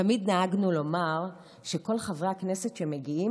תמיד נהגנו לומר שכל חברי הכנסת שמגיעים,